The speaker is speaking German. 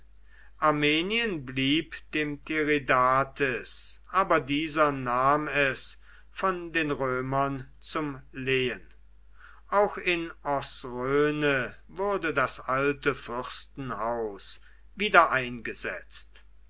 armenien blieb dem tiridates aber dieser nahm es von den römern zum lehen auch in osrhoene wurde das alte fürstenhaus wieder eingesetzt